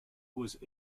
was